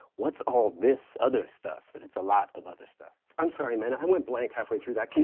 what's all this other stuff? and it's a lot of other stuff. i'm sorry man, i went blank halfway through that.